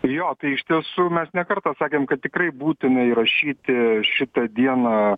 jo tai iš tiesų mes ne kartą sakėm kad tikrai būtina įrašyti šitą dieną